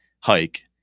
hike